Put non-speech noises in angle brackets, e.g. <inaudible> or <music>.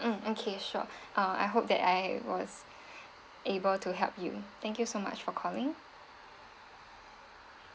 mm okay sure <breath> uh I hope that I was able to help you thank you so much for calling